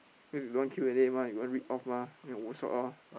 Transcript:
cause you don't want Q and A mah you don't want read off mah then overshot loh